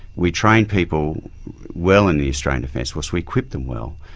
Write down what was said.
we train people well in the australian defence force. we equip them well.